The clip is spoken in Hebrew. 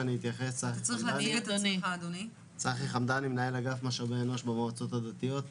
אני מנהל אגף משאבי אנוש במועצות הדתיות.